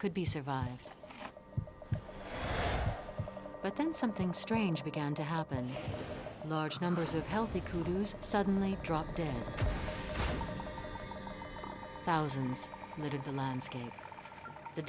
could be survived but then something strange began to happen large numbers of healthy coups suddenly drop dead thousands of the landscape the